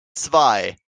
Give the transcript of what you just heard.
zwei